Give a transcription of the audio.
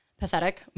Pathetic